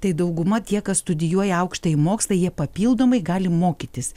tai dauguma tie kas studijuoja aukštąjį mokslą jie papildomai gali mokytis